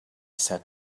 said